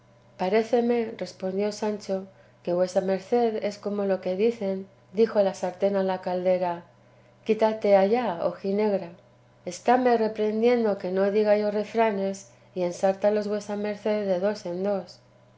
paréceme respondió sancho que vuesa merced es como lo que dicen dijo la sartén a la caldera quítate allá ojinegra estáme reprehendiendo que no diga yo refranes y ensártalos vuesa merced de dos en dos